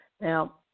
Now